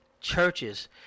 churches